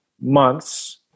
months